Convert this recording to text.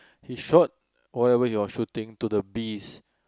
he shot whatever you are shooting to the beast